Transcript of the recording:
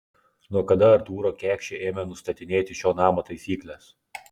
nuo kada artūro kekšė ėmė nustatinėti šio namo taisykles